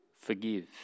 Forgive